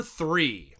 three